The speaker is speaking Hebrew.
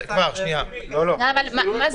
אני חושבת,